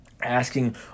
asking